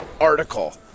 article